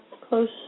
close